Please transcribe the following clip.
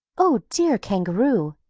oh, dear kangaroo,